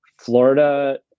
Florida